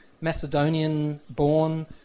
Macedonian-born